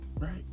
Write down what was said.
right